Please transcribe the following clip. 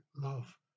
love